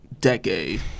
Decade